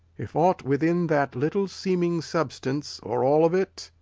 if aught within that little seeming substance, or all of it,